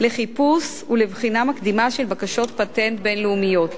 לחיפוש ולבחינה מקדימה של בקשות פטנט בין-לאומיות.